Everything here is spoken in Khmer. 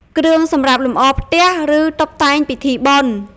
គ្រឿងសម្រាប់លម្អផ្ទះ ឬ តុបតែងពិធីបុណ្យ ។